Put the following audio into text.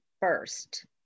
first